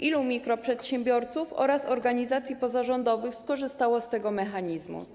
Ilu mikroprzedsiębiorców oraz ile organizacji pozarządowych skorzystało z tego mechanizmu?